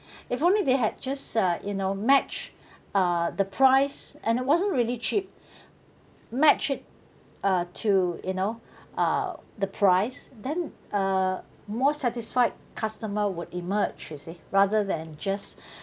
if only they had just uh so you know matched uh the price and it wasn't really cheap match it uh to you know uh the price then uh more satisfied customer would emerge you see rather than just